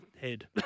head